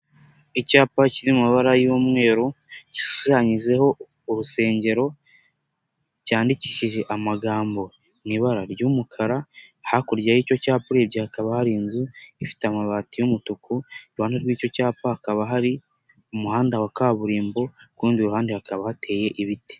Icyapa kiri mu mabara y'umweru, gishushanyijeho urusengero, cyandikishije amagambo mu ibara ry'umukara, hakurya y'icyo cyapa urebye hakaba hari inzu, ifite amabati y'umutuku, iruhande rw'icyo cyapa hakaba hari umuhanda wa kaburimbo, ku rundi ruhande hakaba hateye ibiti.